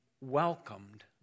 welcomed